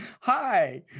hi